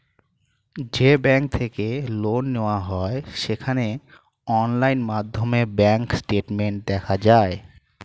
যেই ব্যাঙ্ক থেকে লোন নেওয়া হয় সেখানে অনলাইন মাধ্যমে ব্যাঙ্ক স্টেটমেন্ট দেখা যায়